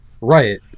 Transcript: Right